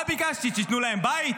מה ביקשתי, שתיתנו להם בית?